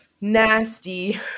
Nasty